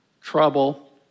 trouble